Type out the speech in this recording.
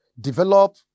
develop